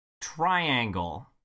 Triangle